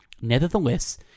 Nevertheless